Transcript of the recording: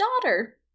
daughter